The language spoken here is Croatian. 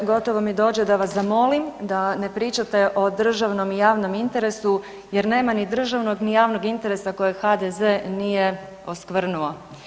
Gotovo mi dođe da vas zamolim da ne pričate o državnom i javnom interesu jer nema ni državnog, ni javnog interesa kojeg HDZ nije oskvrnuo.